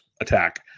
attack